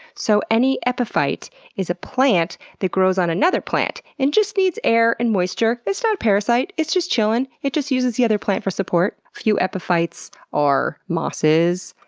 so, any epiphyte is a plant that grows on another plant, and just needs air and moisture. it's not a parasite, it's just chillin'. it just uses the other plant for support. a few epiphytes are mosses,